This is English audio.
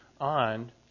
on